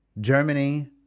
Germany